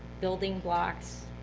building blocks,